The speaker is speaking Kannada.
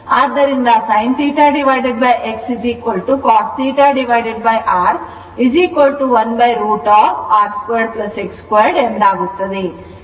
ಆದ್ದರಿಂದ sin θX cos θR 1√ over R2 X2 ಎಂದಾಗುತ್ತದೆ